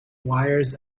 wires